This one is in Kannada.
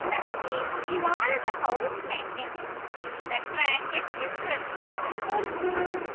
ನನಗೆ ಈ ವಾರದ ಹೌಸ್ ಮೆಂಟೆನೆನ್ಸ್ ಬಿಲ್ಲಿನ ಟ್ರಾನ್ಜಕ್ಷನ್ ರಸೀದಿ ತೋರಿಸಿ